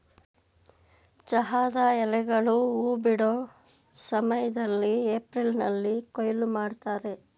ಚಹಾದ ಎಲೆಗಳು ಹೂ ಬಿಡೋ ಸಮಯ್ದಲ್ಲಿ ಏಪ್ರಿಲ್ನಲ್ಲಿ ಕೊಯ್ಲು ಮಾಡ್ತರೆ